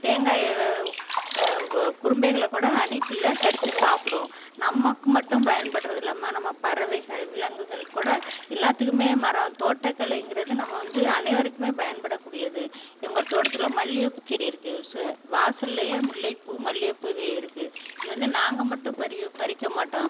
தேங்காய் குரும்பைகளை கூட அணில்பிள்ள கடித்து சாப்பிடும் நமக்கு மட்டும் பயன்படுவது இல்லாமல் நம்ம பறவைகள் விலங்குகள் கூட எல்லாத்துக்குமே மரம் தோட்டக்கலைங்கிறது நம்ம வந்து அனைவருக்குமே பயன்படக்கூடியது எங்களோட தோட்டத்தில் மல்லிகைப்பூ செடி இருக்கு சு வாசல்லியே முல்லைப்பூ மல்லிகைப்பூ இவை இருக்கு இது வந்து நாங்கள் மட்டும் பறிக்க மாட்டோம்